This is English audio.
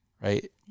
right